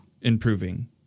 improving